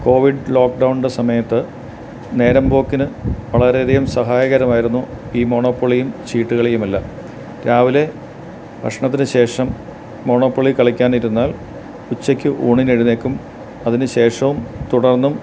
Covid ലോക് ഡൗണിൻ്റെ സമയത്തു നേരംപോക്കിന് വളരെയധികം സഹായകരമായിരുന്നു ഈ മോണോപ്പൊളിയും ചീട്ടുകളിയുമെല്ലാം രാവിലെ ഭക്ഷണത്തിന് ശേഷം മോണോപ്പൊളി കളിക്കാനിരുന്നാൽ ഉച്ചയ്ക്ക് ഊണിന് എഴുന്നേല്ക്കും അതിനുശേഷവും തുടർന്നും